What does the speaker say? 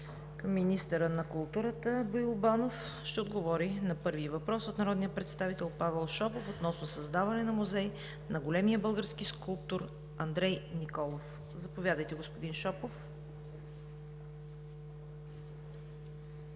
към министъра на културата Боил Банов. Първият въпрос е от народния представител Павел Шопов относно създаване на музей на големия български скулптор Андрей Николов. Заповядайте, господин Шопов.